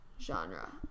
Genre